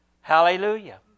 Hallelujah